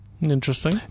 Interesting